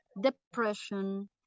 depression